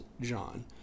John